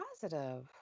positive